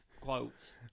quotes